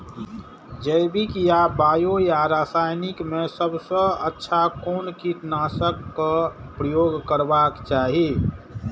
जैविक या बायो या रासायनिक में सबसँ अच्छा कोन कीटनाशक क प्रयोग करबाक चाही?